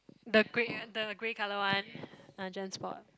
the grey the grey colour one I just bought